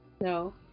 No